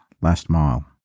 last-mile